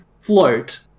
float